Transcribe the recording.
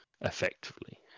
effectively